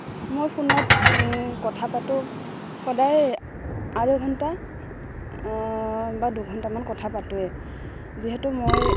মই ফোনত কথা পাতোঁ সদায় আঢ়ৈ ঘণ্টা বা দুঘণ্টামান কথা পাতোঁৱে যিহেতু মই